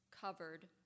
covered